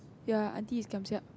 ya auntie is kiamsiap